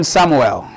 Samuel